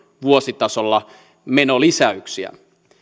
vuositasolla menolisäyksiä